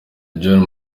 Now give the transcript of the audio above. john